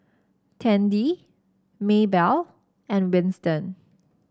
Tandy Maebell and Winston